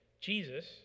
Jesus